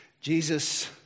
Jesus